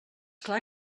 clar